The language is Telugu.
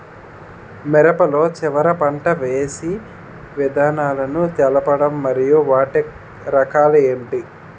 మిరప లో చివర పంట వేసి విధానాలను తెలపండి మరియు వాటి రకాలు ఏంటి